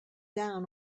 down